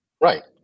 Right